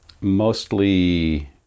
mostly